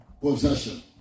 possession